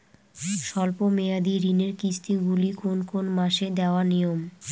স্বল্প মেয়াদি ঋণের কিস্তি গুলি কোন কোন মাসে দেওয়া নিয়ম?